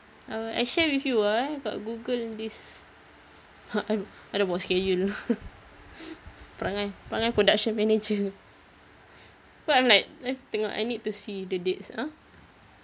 I will I share with you ah eh got google this I dah buat schedule perangai perangai production manager cause I'm like I tengok I need to see the dates !huh!